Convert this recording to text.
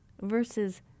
versus